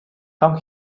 come